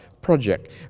project